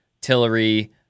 Tillery